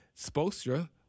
Spostra